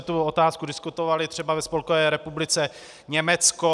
My jsme tu otázku diskutovali třeba ve Spolkové republice Německo.